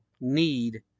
need